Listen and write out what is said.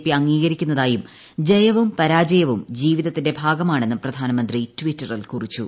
P അംഗീകരിക്കുന്നതായും ജയവും പരാജയവും ജീവിതത്തിന്റെ ഭാഗമാണെന്നും പ്രധാനമന്ത്രി ട്വിറ്ററിൽ കുറിച്ചു